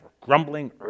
grumbling